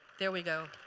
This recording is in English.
there we go.